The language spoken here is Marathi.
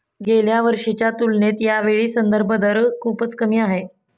गेल्या वर्षीच्या तुलनेत यावेळी संदर्भ दर खूपच कमी आहे